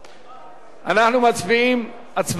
אנחנו מצביעים הצבעה ראשונה,